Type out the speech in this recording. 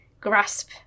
grasp